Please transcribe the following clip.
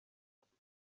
afite